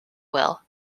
will